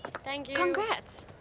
thank you. congrats.